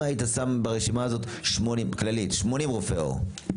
אם היית שם ברשימה הזאת 80, כללית, 80 רופאי עור?